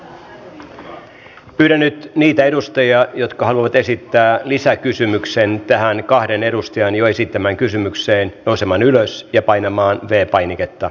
pyydän nyt niitä edustajia jotka haluavat esittää lisäkysymyksen tähän kahden edustajan jo esittämään kysymykseen nousemaan ylös ja painamaan v painiketta